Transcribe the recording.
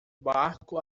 barco